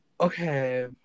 Okay